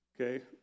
Okay